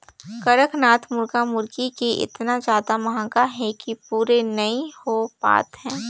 कड़कनाथ मुरगा मुरगी के एतना जादा मांग हे कि पूरे नइ हो पात हे